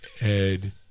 Ed